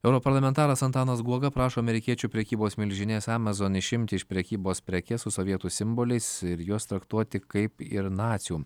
europarlamentaras antanas guoga prašo amerikiečių prekybos milžinės amazon išimti iš prekybos prekes su sovietų simboliais ir juos traktuoti kaip ir nacių